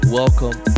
welcome